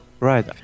Right